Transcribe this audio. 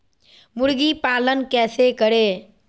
मुर्गी पालन कैसे करें?